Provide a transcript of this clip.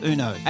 Uno